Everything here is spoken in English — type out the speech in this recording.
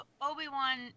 Obi-Wan